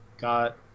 got